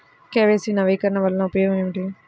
KYC నవీకరణ వలన ఉపయోగం ఏమిటీ?